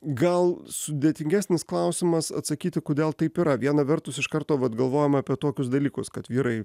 gal sudėtingesnis klausimas atsakyti kodėl taip yra viena vertus iš karto vat galvojam apie tokius dalykus kad vyrai